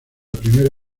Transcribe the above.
primera